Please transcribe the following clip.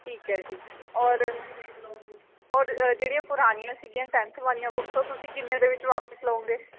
ਠੀਕ ਹੈ ਜੀ ਔਰ ਔਰ ਜਿਹੜੀਆਂ ਪੁਰਾਣੀਆ ਸੀਗੀਆ ਟੈਨਥ ਵਾਲੀਆਂ ਬੁੱਕਸ ਉਹ ਤੁਸੀਂ ਕਿਨੇ ਵਿੱਚ ਵਾਪਿਸ ਲਓਂਗੇ